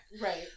Right